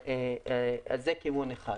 זה כיוון אחד.